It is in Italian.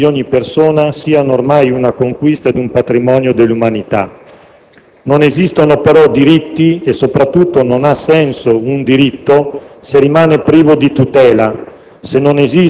i diritti di ogni individuo siano ormai una conquista e un patrimonio dell'umanità. Non esistono però diritti e, soprattutto, non hanno senso se rimangono privi di tutela,